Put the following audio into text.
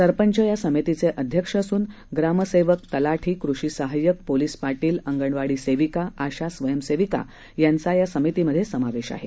सरपंच या समितीचे अध्यक्ष असून ग्रामसेवक तलाठी कृषीसहायक पोलीस पाटील अंगणवाडी सेविका आशा स्वयंसेविका यांचा समितीमध्ये समावेश आहे